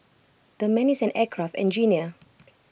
the man is an aircraft engineer